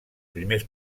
primers